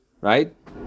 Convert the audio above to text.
Right